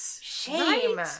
Shame